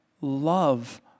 love